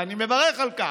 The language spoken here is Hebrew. ואני מברך על כך,